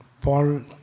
Paul